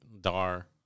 dar